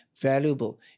valuable